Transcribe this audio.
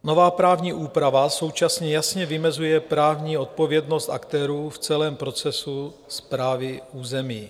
Nová právní úprava současně jasně vymezuje právní odpovědnost aktérů v celém procesu správy území.